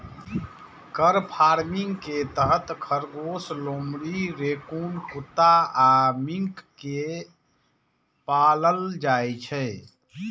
फर farming के तहत खरगोश, लोमड़ी, रैकून कुत्ता आ मिंक कें पालल जाइ छै